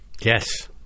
Yes